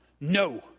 no